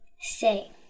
Say